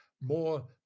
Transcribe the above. more